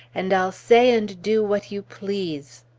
and i'll say and do what you please!